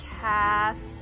cast